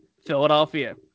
Philadelphia